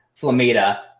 Flamita